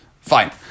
Fine